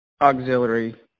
auxiliary